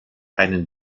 einen